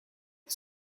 the